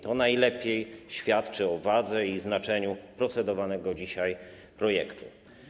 To najlepiej świadczy o wadze i znaczeniu procedowanego dzisiaj projektu.